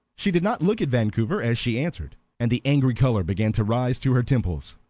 she did not look at vancouver as she answered, and the angry color began to rise to her temples.